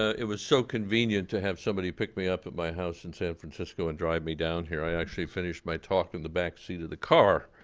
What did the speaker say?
ah it was so convenient to have somebody pick me up at my house in san francisco and drive me down here. i actually finished my talk in the backseat of the car.